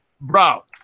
Bro